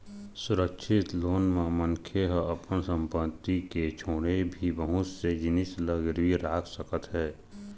सुरक्छित लोन म मनखे ह अपन संपत्ति के छोड़े भी बहुत से जिनिस ल गिरवी राख सकत हे